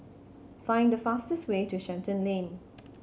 find the fastest way to Shenton Lane